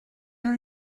are